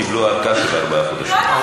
קיבלו ארכה של ארבעה חודשים.